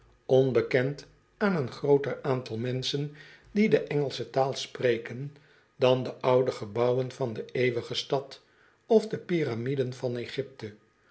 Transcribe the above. onbekend aan een grooter aantal menschen die de engelsche taal spreken dan de oude gebouwen van de eeuwige stad of de pyraraiden van egypte